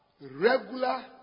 regular